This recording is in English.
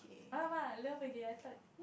!alamak! love again I thought